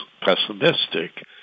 pessimistic